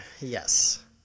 Yes